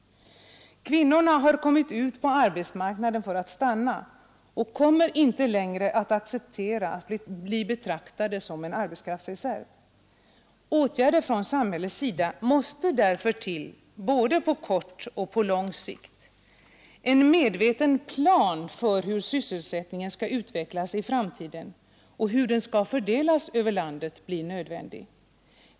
Kvinnorna har kommit ut på arbetsmarknaden för att stanna, och de kommer inte längre att acceptera att bli betraktade som en arbetskraftsreserv. Åtgärder från samhällets sida måste därför vidtas både på kort och på lång sikt. En medveten plan för hur sysselsättningen skall utvecklas i framtiden och för hur den skall fördelas över landet blir nödvändig.